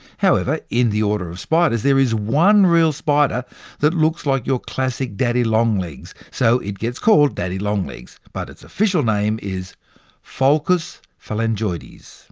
however, in the order of spiders, there is one real spider that looks like your classic daddy long legs, so it gets called daddy long legs. but its official name is pholcus phalangoides. inside